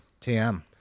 Tm